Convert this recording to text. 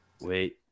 wait